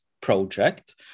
project